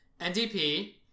NDP